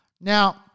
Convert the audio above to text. Now